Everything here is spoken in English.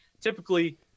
typically